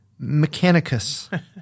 Mechanicus